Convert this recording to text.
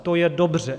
To je dobře.